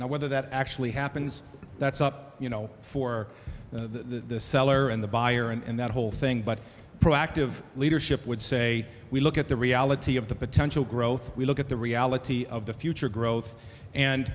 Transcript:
now whether that actually happens that's up you know for the seller and the buyer and that whole thing but proactive leadership would say we look at the reality of the potential growth we look at the reality of the future growth and